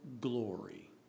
glory